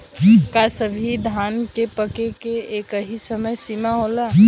का सभी धान के पके के एकही समय सीमा होला?